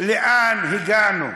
לאן הגענו.